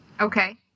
okay